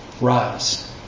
rise